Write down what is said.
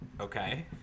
okay